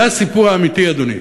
זה הסיפור האמיתי, אדוני.